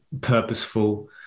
purposeful